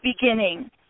beginning